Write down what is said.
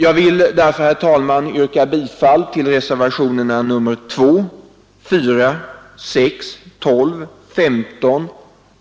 Jag vill, herr talman, yrka bifall till reservationerna 2, 4, 6, 12, 15,